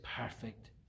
perfect